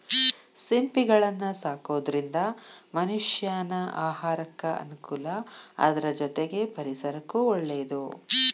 ಸಿಂಪಿಗಳನ್ನ ಸಾಕೋದ್ರಿಂದ ಮನಷ್ಯಾನ ಆಹಾರಕ್ಕ ಅನುಕೂಲ ಅದ್ರ ಜೊತೆಗೆ ಪರಿಸರಕ್ಕೂ ಒಳ್ಳೇದು